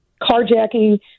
carjacking